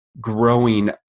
growing